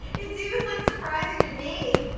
it's even like surprising to me.